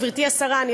גברתי השרה,